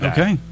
Okay